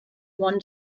one